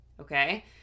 Okay